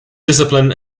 discipline